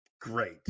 great